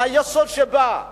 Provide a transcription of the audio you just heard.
מהיסוד שבה.